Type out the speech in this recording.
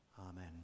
Amen